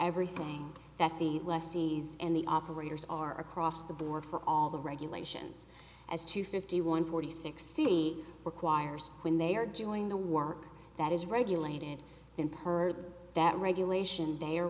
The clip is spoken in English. lessees and the operators are across the board for all the regulations as to fifty one forty sixty requires when they are doing the work that is regulated in perth that regulation they